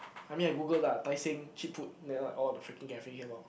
I mean I Google lah Tai-Seng cheap food then like all the freaking cafe come out